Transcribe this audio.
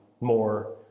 More